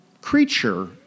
creature